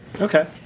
Okay